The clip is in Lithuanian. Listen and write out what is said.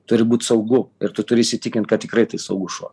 turi būt saugu ir tu turi įsitikint kad tikrai tai saugus šuo